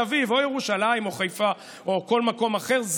אביב או ירושלים או חיפה או כל מקום אחר,